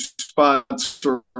sponsor